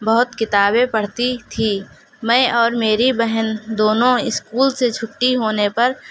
بہت کتابیں پڑھتی تھی میں اور میری بہن دونوں اسکول سے چھٹی ہونے پر